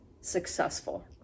successful